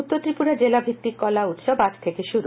উত্তর ত্রিপুরা জেলা ভিত্তিক কলা উৎসব আজ থেকে শুরু